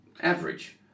average